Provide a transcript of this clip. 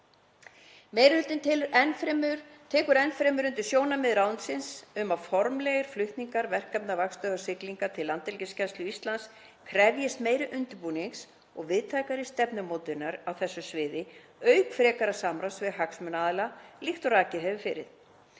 Meiri hlutinn tekur enn fremur undir sjónarmið ráðuneytisins um að formlegur flutningur verkefna vaktstöðvar siglingar til Landhelgisgæslu Íslands krefjist meiri undirbúnings og víðtækari stefnumótunar á þessu sviði, auk frekara samráðs við hagsmunaaðila, líkt og rakið hefur verið.